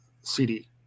CD